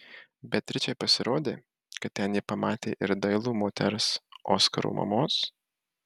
beatričei pasirodė kad ten ji pamatė ir dailų moters oskaro mamos